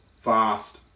fast